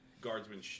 guardsmen